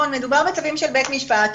מדובר בצווים של בית משפט,